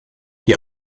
die